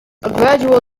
gradual